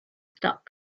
stuck